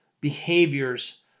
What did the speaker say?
behaviors